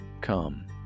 come